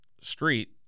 street